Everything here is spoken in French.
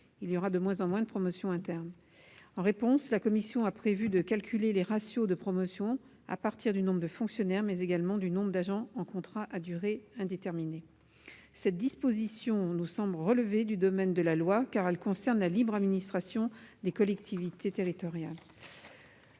il y aura de moins en moins de promotion interne. En réponse, la commission a prévu de calculer les ratios de promotion à partir du nombre non seulement de fonctionnaires, mais également d'agents en contrat à durée indéterminée. Cette disposition nous semble bien relever du domaine de la loi, car elle concerne la libre administration des collectivités territoriales.